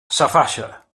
safaja